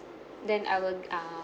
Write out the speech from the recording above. then I will err